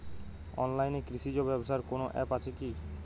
অনলাইনে কৃষিজ ব্যবসার কোন আ্যপ আছে কি?